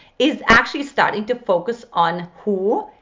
is actually starting to focus on who?